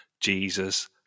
Jesus